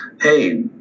hey